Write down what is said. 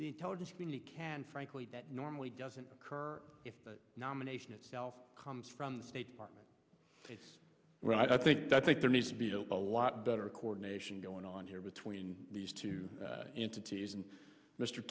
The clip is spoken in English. the intelligence community can frankly that normally doesn't occur if the nomination itself comes from the state department base where i think that i think there needs to be a lot better coordination going on here between these two entities and mr